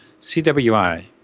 CWI